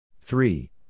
Three